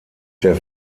der